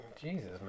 jesus